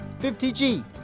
50G